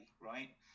Right